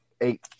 eight